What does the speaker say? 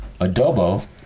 Adobo